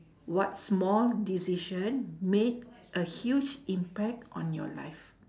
what small decision made a huge impact on your life